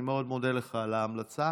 אני מאוד מודה לך על ההמלצה,